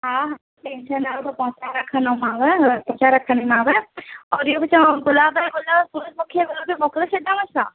हा कंहिंजे नाले ते पोहचाए रखंदीमाव नज़र रखंदीमाव और इहो बि तव्हां गुलाब या गुल सूरजमुखीअ जो मोकिले छॾियांव छा